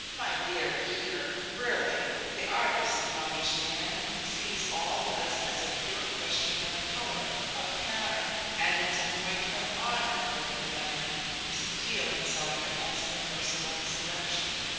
my dear peter really the artist, you understand, sees all this as a pure question of colour, of pattern and it's a point of honour with the man to steel himself against the personal seduction.